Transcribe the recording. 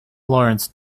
lawrence